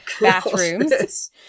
bathrooms